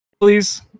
Please